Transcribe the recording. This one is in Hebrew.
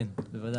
כן, בוודאי.